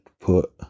put